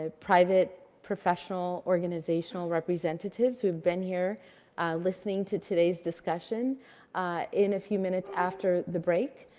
ah private professional organizational representatives who have been here listening to today's discussion in a few minutes after the break.